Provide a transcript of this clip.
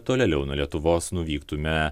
tolėliau nuo lietuvos nuvyktume